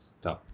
Stop